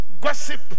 gossip